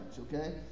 okay